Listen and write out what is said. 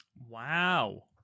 Wow